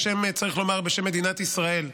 צריך לומר שבשם מדינת ישראל,